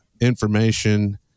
information